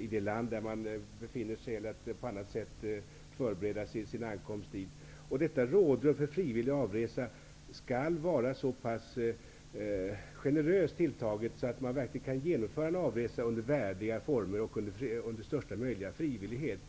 i det land där dessa befinner sig eller att man på ett eller annat sätt förbereder sin ankomst dit. Detta rådrum för frivillig avresa skall vara så pass generöst tilltaget att det verkligen går att genomföra en avresa i värdiga former och med största möjliga frivillighet.